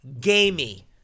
Gamey